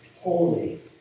holy